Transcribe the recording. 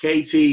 KT